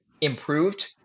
improved